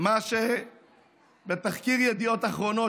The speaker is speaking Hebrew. מה שבתחקיר ידיעות אחרונות,